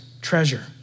treasure